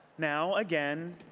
now again,